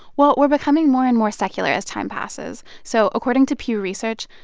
well, we're becoming more and more secular as time passes. so according to pew research,